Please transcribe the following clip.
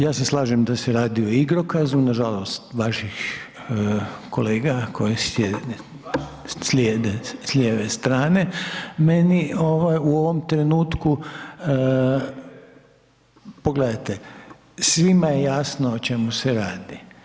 Ja se slažem da se radi o igrokazu, nažalost vaših kolega koji sjede s lijeve strane meni u ovom trenutku, pogledajte, svima je jasno o čemu se radi.